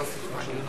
הם לא ניגשים לזה,